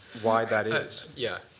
why that is. yeah,